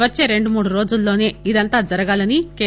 వచ్చే రెండుమూడు రోజుల్లోసే ఇదంతా జరగాలని కె